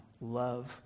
love